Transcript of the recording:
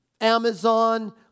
Amazon